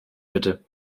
bitte